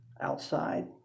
outside